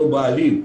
בעלים.